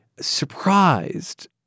surprised